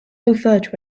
overt